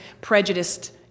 prejudiced